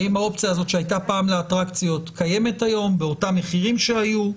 האם האופציה הזאת שהייתה פעם לאטרקציות קיימת היום באותם מחירים שהיו?